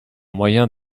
moyen